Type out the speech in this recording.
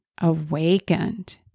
awakened